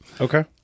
Okay